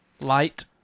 Light